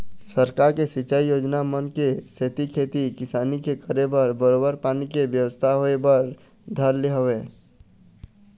सरकार के सिंचई योजना मन के सेती खेती किसानी के करे बर बरोबर पानी के बेवस्था होय बर धर ले हवय